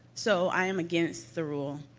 so, i am against the rule.